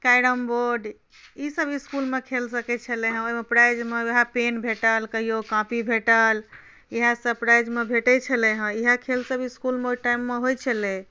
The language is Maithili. कैरम बोर्ड ई सभ इस्कुलमे खेल सकै छलै हेँ ओहिमे प्राइजमे उएह पेन भेटल कहियो कॉपी भेटल इएह सभ प्राइजमे भेटैत छलै हेँ इएह खेलसभ इस्कुलमे ओहि टाइममे होइत छलै